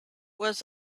was